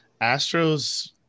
Astros